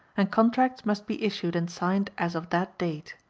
and contracts must be issued and signed as of that date.